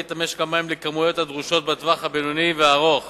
את משק המים לכמויות הדרושות בטווח הבינוני ובטווח הארוך.